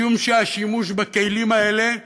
משום שהשימוש בכלים האלה,